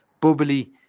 bubbly